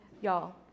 y'all